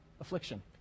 affliction